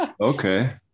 Okay